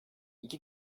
i̇ki